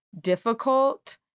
difficult